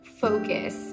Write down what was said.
focus